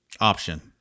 option